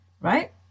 right